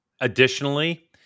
Additionally